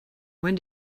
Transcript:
when